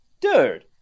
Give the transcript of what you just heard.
Dude